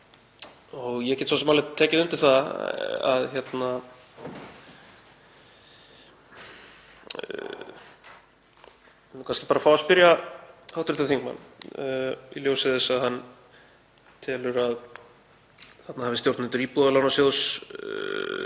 Ég get svo sem alveg tekið undir það. Ég vil kannski fá að spyrja hv. þingmann, í ljósi þess að hann telur að þarna hafi stjórnendur Íbúðalánasjóðs